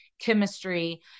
chemistry